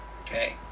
Okay